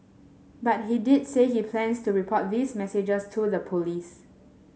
but he did say he plans to report these messages to the police